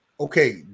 okay